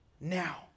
now